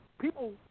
People